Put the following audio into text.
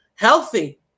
Healthy